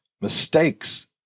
mistakes